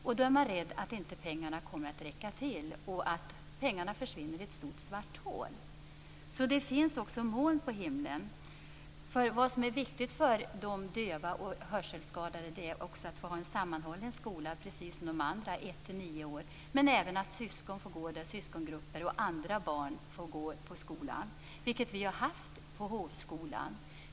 Därför är man rädd för att pengarna inte kommer att räcka till och för att pengarna skall försvinna i ett stort, svart hål. Det finns alltså också moln på himlen. För de döva och hörselskadade är det viktigt att få ha en sammanhållen skola i nio år, precis som för de andra. Det är även viktigt att syskon och andra barn får gå i skolan. Så har vi haft på Hofskolan.